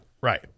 Right